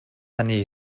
хааны